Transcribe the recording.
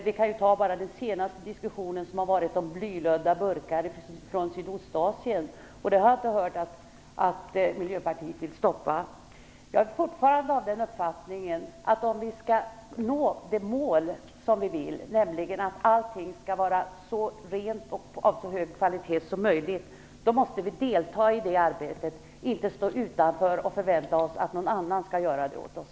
Vi kan som exempel ta den senaste diskussionen, om blylödda burkar från Sydostasien. Dem har jag inte hört att Miljöpartiet vill stoppa. Jag är fortfarande av den uppfattningen att om vi skall nå det mål som vi vill, nämligen att allting skall vara så rent och ha så hög kvalitet som möjligt, måste vi delta i arbetet, inte stå utanför och förvänta oss att någon annan skall göra det åt oss.